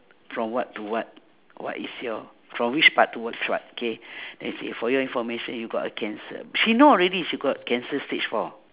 from what to what what is your from which part to which part okay then say for your information you got a cancer she know already she got cancer stage four